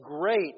great